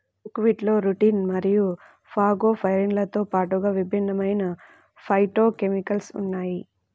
బుక్వీట్లో రుటిన్ మరియు ఫాగోపైరిన్లతో పాటుగా విభిన్నమైన ఫైటోకెమికల్స్ ఉన్నాయి